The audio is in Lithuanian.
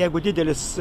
jeigu didelis